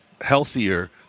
healthier